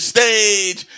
Stage